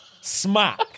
Smack